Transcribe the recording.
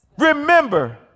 Remember